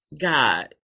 god